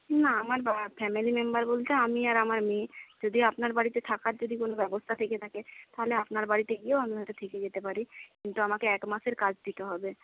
না আমার family member বলতে আমি আর আমার মেয়ে যদি আপনার বাড়িতে থাকার যদি কোনো ব্যবস্থা থেকে থাকে তাহলে আপনার বাড়িতে গিয়েও আমরা থেকে যেতে পারি কিন্তু আমাকে একমাসের কাজ দিতে হবে